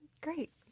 Great